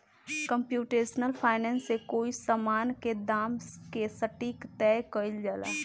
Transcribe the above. computational finance से कोई समान के दाम के सटीक तय कईल जाला